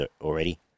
already